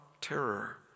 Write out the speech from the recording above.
terror